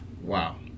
Wow